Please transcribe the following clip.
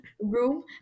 room